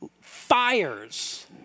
fires